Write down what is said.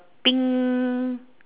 pink